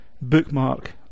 bookmark